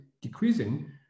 decreasing